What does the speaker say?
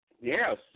Yes